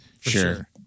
Sure